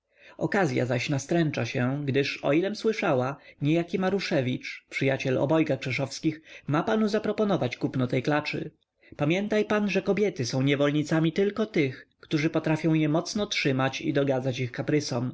zużytkować okazya zaś nastręcza się gdyż o ilem słyszała niejaki maruszewicz przyjaciel obojga krzeszowskich ma panu zaproponować kupno tej klaczy pamiętaj pan że kobiety są niewolnicami tylko tych którzy potrafią je mocno trzymać i dogadzać ich